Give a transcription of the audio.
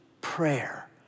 prayer